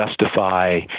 justify